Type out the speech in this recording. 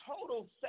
total